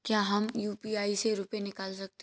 क्या हम यू.पी.आई से रुपये निकाल सकते हैं?